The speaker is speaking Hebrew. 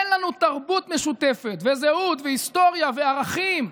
אין לנו תרבות משותפת וזהות והיסטוריה וערכים.